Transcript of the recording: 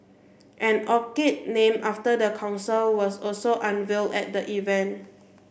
an orchid named after the council was also unveil at the event